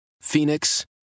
Phoenix